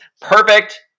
Perfect